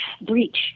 Breach